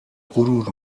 غرور